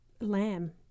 lamb